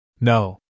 No